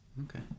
Okay